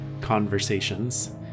conversations